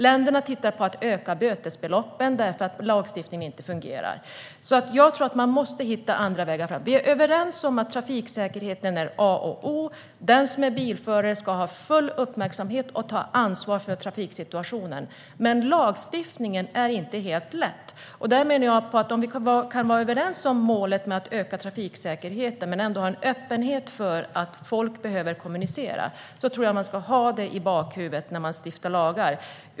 Länderna tittar på att öka bötesbeloppen därför att lagstiftningen inte fungerar. Jag tror att man måste hitta andra vägar fram. Vi är överens om att trafiksäkerheten är A och O. Den som är bilförare ska ha full uppmärksamhet och ta ansvar för trafiksituationen. Men lagstiftningen är inte helt lätt. Där menar jag att vi kan vara överens om målet att öka trafiksäkerheten men ända vara öppna för att folk behöver kommunicera. Jag tror att man ska ha det i bakhuvudet när man stiftar lagar.